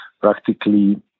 practically